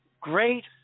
great